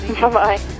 Bye-bye